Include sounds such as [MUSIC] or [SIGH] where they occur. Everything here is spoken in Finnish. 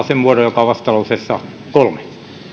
[UNINTELLIGIBLE] sen muodon mikä on vastalauseessa kolme